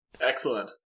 Excellent